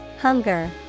Hunger